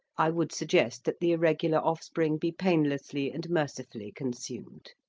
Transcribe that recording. i would suggest that the irregular offspring be painlessly and mercifully consumed.